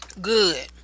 Good